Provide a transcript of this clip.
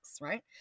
right